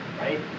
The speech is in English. right